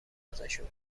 ازشون